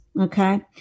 Okay